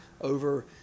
over